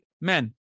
men